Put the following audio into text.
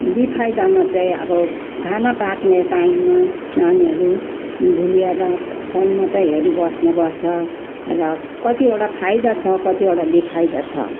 बेफाइदामा चाहिँ अब खाना पाक्ने टाइममा नानीहरू भुलिएर फोन मात्रै हेरिबस्ने गर्छ र कतिवटा फाइदा छ कतिवटा बेफाइदा छ